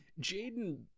Jaden